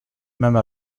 même